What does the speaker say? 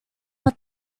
but